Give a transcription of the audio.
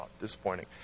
disappointing